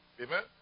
Amen